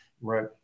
right